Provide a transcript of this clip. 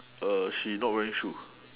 err she not wearing shoe